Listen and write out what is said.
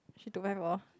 she don't mind for